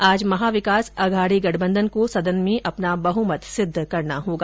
आज महा विकास अघाडी गठबंधन को सदन में अपना बहुमत सिद्द करना होगा